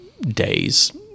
days